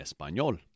español